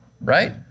right